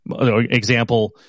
Example